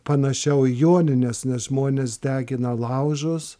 panašiau į jonines nes žmonės degina laužus